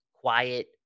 quiet